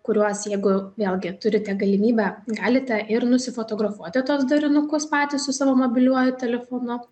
kuriuos jeigu vėlgi turite galimybę galite ir nusifotografuoti tuos derinukus patys su savo mobiliuoju telefonu